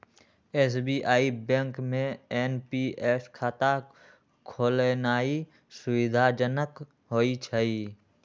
SBI bank में NPS खता खोलेनाइ सुविधाजनक होइ छइ